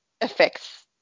affects